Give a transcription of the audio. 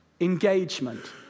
engagement